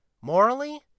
Morally